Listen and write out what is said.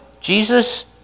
Jesus